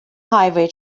highway